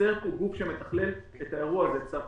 חסר פה גוף שמתכלל את האירוע לצבא,